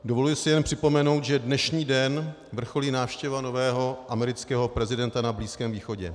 Dovoluji si jen připomenout, že dnešní den vrcholí návštěva nového amerického prezidenta na Blízkém východě.